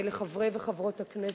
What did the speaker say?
חברי וחברות הכנסת,